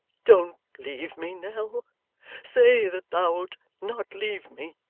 don't leave me, nell say that thou'lt not leave me.